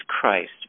Christ